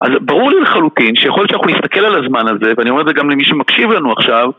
אז ברור לי לחלוטין שיכול להיות שאנחנו נסתכל על הזמן הזה, ואני אומר את זה גם למי שמקשיב לנו עכשיו